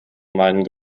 meinen